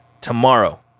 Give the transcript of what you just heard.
tomorrow